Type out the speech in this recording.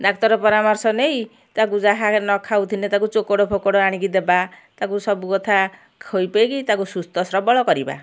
ଡାକ୍ତର ପରାମର୍ଶ ନେଇ ତାକୁ ଯାହା ନ ଖାଉଥିଲେ ତାକୁ ଚୋକଡ଼ ଫୋକଡ଼ ଆଣିକି ଦେବା ତାକୁ ସବୁ କଥା ଖୋଇ ପେଇକି ସୁସ୍ଥ ସବଳ କରିବା